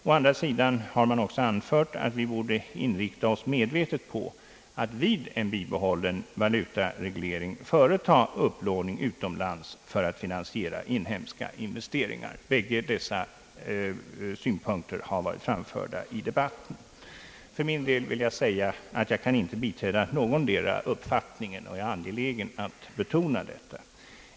Å andra sidan har också anförts att vi borde inrikta oss medvetet på att vid bibehållen valutareglering företa upplåning utomlands för att finansiera inhemska investeringar. Bägge dessa synpunkter har varit framförda i den allmänna debatten. För min del kan jag inte biträda någondera uppfattningen — jag är angelägen att betona detta.